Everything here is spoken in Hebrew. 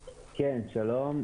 שלום.